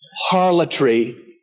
harlotry